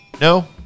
no